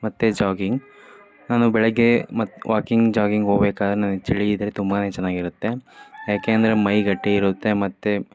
ಮತ್ತು ಜಾಗಿಂಗ್ ನಾನು ಬೆಳಿಗ್ಗೆ ಮತ್ತು ವಾಕಿಂಗ್ ಜಾಗಿಂಗ್ ಹೋಗ್ಬೇಕಾದ್ರ್ ನನಗೆ ಚಳಿ ಇದ್ದರೆ ತುಂಬ ಚೆನ್ನಾಗಿರತ್ತೆ ಯಾಕೆ ಅಂದರೆ ಮೈ ಗಟ್ಟಿ ಇರುತ್ತೆ ಮತ್ತು